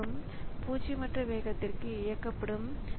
எனவே அந்த சரிபார்ப்புகள் நடைபெற்றன